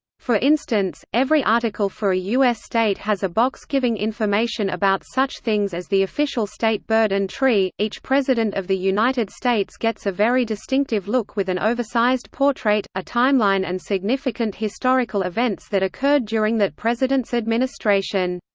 for instance, every article for a u s. state has a box giving information about such things as the official state bird and tree each president of the united states gets a very distinctive look with an oversized portrait, a timeline and significant historical events that occurred during that president's administration.